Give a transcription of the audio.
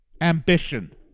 ambition